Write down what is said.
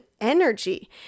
energy